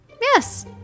yes